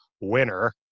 winner